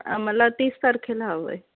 आम्हाला तीस तारखेला हवं आहे